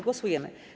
Głosujemy.